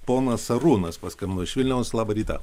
ponas arūnas paskambino iš vilniaus labą rytą